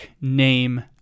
name